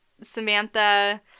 Samantha